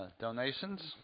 donations